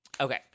Okay